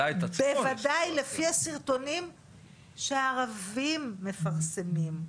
בוודאי לפי הסרטונים שהערבים מפרסמים,